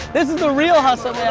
this is the real hustle. yeah